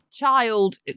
child